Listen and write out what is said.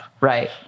Right